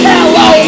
Hello